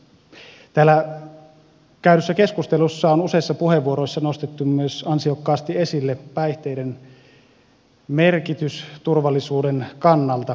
täällä käydyssä keskustelussa on useissa puheenvuoroissa nostettu ansiokkaasti esille myös päihteiden merkitys turvallisuuden kannalta